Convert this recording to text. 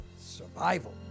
survival